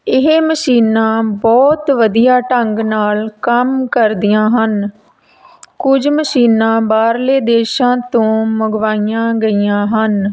ਇਹ ਮਸ਼ੀਨਾਂ ਬਹੁਤ ਵਧੀਆ ਢੰਗ ਨਾਲ ਕੰਮ ਕਰਦੀਆਂ ਹਨ ਕੁਝ ਮਸ਼ੀਨਾਂ ਬਾਹਰਲੇ ਦੇਸ਼ਾਂ ਤੋਂ ਮੰਗਵਾਈਆਂ ਗਈਆਂ ਹਨ